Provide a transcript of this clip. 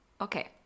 okay